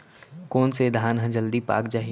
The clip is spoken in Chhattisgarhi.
कोन से धान ह जलदी पाक जाही?